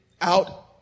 out